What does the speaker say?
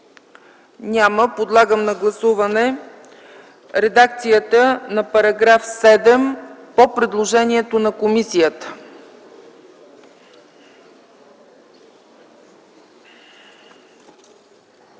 Подлагам на гласуване редакцията на § 2 по предложението на комисията.